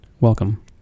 Welcome